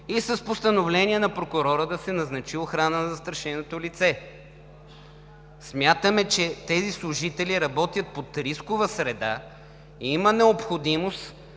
и с постановление на прокурора да се назначи охрана на застрашеното лице. Смятаме, че тези служители работят в рискова среда и има необходимост